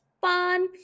fun